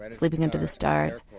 but sleeping under the stars,